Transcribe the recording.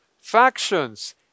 factions